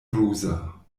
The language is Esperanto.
ruza